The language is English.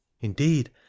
indeed